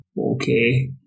Okay